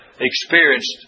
experienced